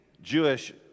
Jewish